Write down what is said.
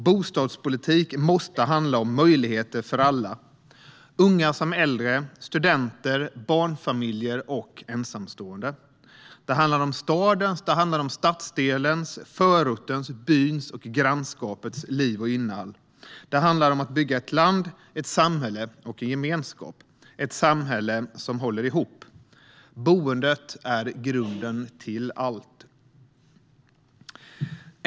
Bostadspolitik måste handla om möjligheter för alla - unga, äldre, studenter, barnfamiljer och ensamstående. Det handlar om stadens, stadsdelens, förortens, byns och grannskapets liv och innehåll. Det handlar om att bygga ett land, ett samhälle och en gemenskap - ett samhälle som håller ihop. Boendet är grunden till allt.